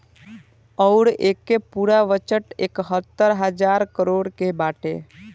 अउर एके पूरा बजट एकहतर हज़ार करोड़ के बाटे